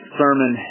sermon